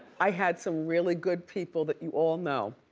i had some really good people that you all know.